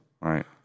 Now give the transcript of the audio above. Right